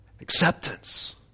Acceptance